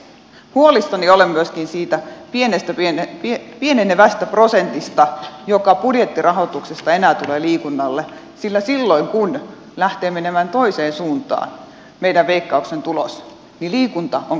huolissani olen myöskin siitä pienenevästä prosentista joka budjettirahoituksesta enää tulee liikunnalle sillä silloin kun meidän veikkauksen tulos lähtee menemään toiseen suuntaan niin liikunta on kaikkein heikoimmalla